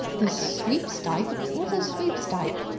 the sweepstike? what's a sweepstike?